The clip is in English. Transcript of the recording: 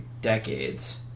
decades